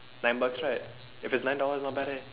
nine bucks right if it's nine dollars not bad eh